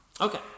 Okay